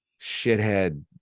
shithead